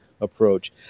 approach